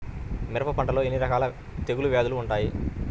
మిరప పంటలో ఎన్ని రకాల తెగులు వ్యాధులు వుంటాయి?